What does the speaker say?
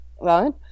right